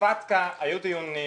בפטקא היו דיונים